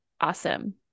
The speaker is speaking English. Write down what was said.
awesome